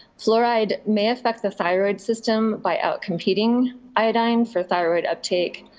fluoride may affect the thyroid system by out competing iodine for thyroid uptake,